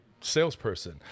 salesperson